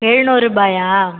எழுநூறுரூபாயா